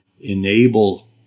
enable